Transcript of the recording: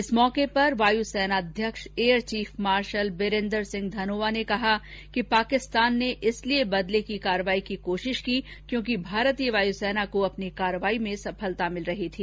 इस अवसर पर वायुसेनाध्यक्ष एयरचीफ मार्शल बिरेन्दर सिंह धनोआ ने कहा कि पाकिस्तान ने इसलिए बदले की कार्रवाई की कोशिश की क्योंकि भारतीय वायुसेना को अपनी कार्रवाई में सफलता मिल रही थी